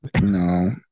no